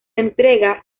entrega